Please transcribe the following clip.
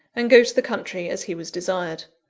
and go to the country as he was desired.